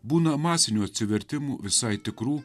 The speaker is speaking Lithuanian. būna masinių atsivertimų visai tikrų